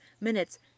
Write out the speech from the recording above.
minutes